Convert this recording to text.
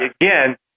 again